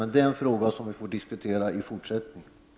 Men det är en fråga som vi får diskutera i fortsättningen.